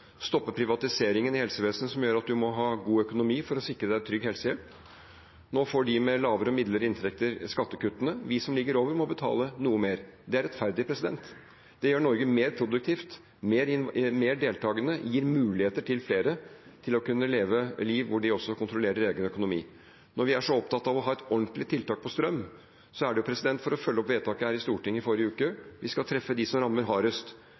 privatiseringen i helsevesenet som gjør at du må ha god økonomi for å sikre deg trygg helsehjelp. Nå får de med lavere og midlere inntekter skattekuttene. Vi som ligger over, må betale noe mer. Det er rettferdig. Det gjør Norge mer produktivt, mer deltakende, gir muligheter til flere til å kunne leve et liv hvor de også kontroller egen økonomi. Når vi er så opptatt av å ha et ordentlig tiltak på strøm, er det for å følge opp vedtaket her i Stortinget i forrige uke. Vi skal treffe dem som rammes hardest,